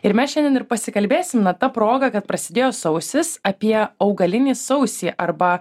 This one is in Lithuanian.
ir mes šiandien ir pasikalbėsim na ta proga kad prasidėjo sausis apie augalinį sausį arba